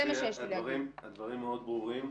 הדברים מאוד ברורים,